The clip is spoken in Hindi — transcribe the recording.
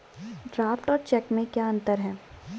ड्राफ्ट और चेक में क्या अंतर है?